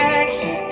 action